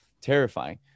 terrifying